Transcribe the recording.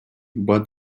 but